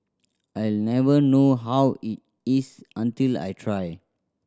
I'll never know how it is until I try